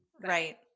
right